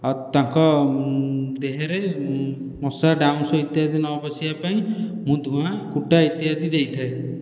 ଆଉ ତାଙ୍କ ଦେହରେ ମଶା ଡାଉଁଶ ଇତ୍ୟାଦି ନ ବସିବା ପାଇଁ ମୁଁ ଧୂଆଁ କୁଟା ଇତ୍ୟାଦି ଦେଇଥାଏ